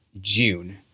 June